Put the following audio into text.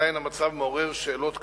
עדיין המצב מעורר שאלות קשות: